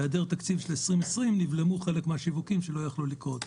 בהיעדר תקציב לשנת 2020 נבלמו חלק מן השיווקים שלא יכלו לקרות.